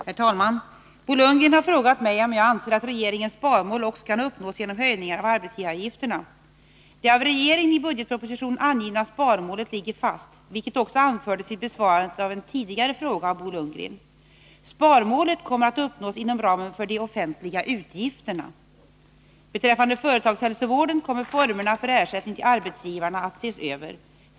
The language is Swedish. Herr talman! Bo Lundgren har frågat mig om jag anser att regeringens sparmål också kan uppnås genom höjningar av arbetsgivaravgifterna. Det av regeringen i budgetpropositionen angivna sparmålet ligger fast, vilket också anfördes vid besvarandet av tidigare fråga av Bo Lundgren. Sparmålet kommer att uppnås inom ramen för de offentliga utgifterna. Beträffande företagshälsovården kommer formerna för ersättning till uppnå regeringens sparmål arbetsgivarna att ses över.